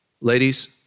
Ladies